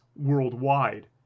worldwide